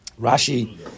Rashi